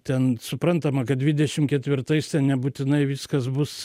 ten suprantama kad dvidešim ketvirtais nebūtinai viskas bus